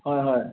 হয় হয়